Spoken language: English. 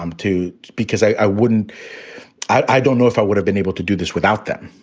um too, because i wouldn't i don't know if i would have been able to do this without them.